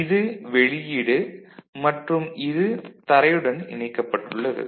இது வெளியீடு மற்றும் இது தரையுடன் இணைக்கப்பட்டுள்ளது